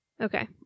Okay